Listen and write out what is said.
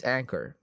Anchor